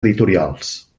editorials